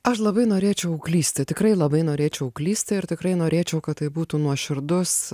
aš labai norėčiau klysti tikrai labai norėčiau klysti ir tikrai norėčiau kad tai būtų nuoširdus